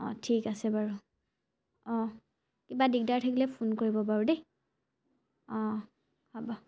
অঁ ঠিক আছে বাৰু অঁ কিবা দিগদাৰ থাকিলে ফোন কৰিব বাৰু দেই অঁ হ'ব